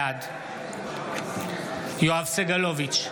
בעד יואב סגלוביץ'